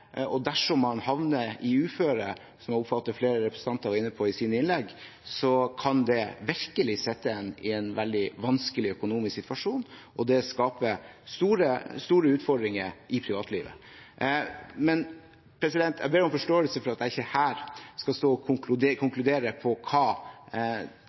mange. Dersom man havner i et uføre – noe jeg oppfatter flere representanter var inne på i sine innlegg – kan det virkelig sette en i en veldig vanskelig økonomisk situasjon, og det skaper store utfordringer i privatlivet. Jeg ber om forståelse for at jeg ikke kan stå her og